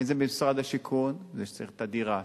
אם זה במשרד השיכון את זה שצריך את הדירה,